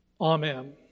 Amen